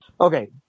Okay